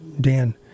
Dan